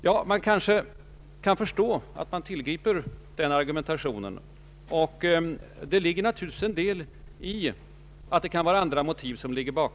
Jag kan förstå att man vill åberopa andra motiv för sitt ställningstagande.